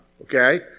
okay